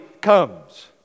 comes